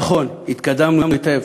נכון, התקדמנו היטב.